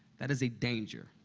that is a danger.